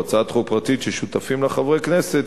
או הצעת חוק פרטית ששותפים לה חברי כנסת,